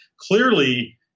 Clearly